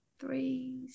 three